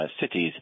cities